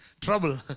trouble